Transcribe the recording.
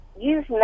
use